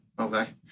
Okay